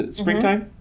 springtime